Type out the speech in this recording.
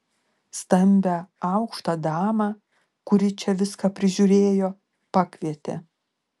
stambią aukštą damą kuri čia viską prižiūrėjo pakvietė